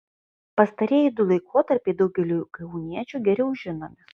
pastarieji du laikotarpiai daugeliui kauniečių geriau žinomi